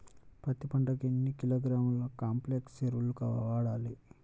పత్తి పంటకు ఎన్ని కిలోగ్రాముల కాంప్లెక్స్ ఎరువులు వాడాలి?